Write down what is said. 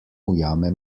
ujame